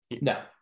no